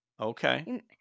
Okay